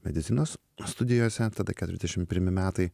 medicinos studijose tada keturiasdešim pirmi metai